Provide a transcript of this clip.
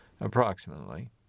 approximately